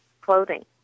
clothing